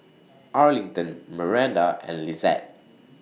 Arlington Maranda and Lizette